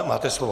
Máte slovo.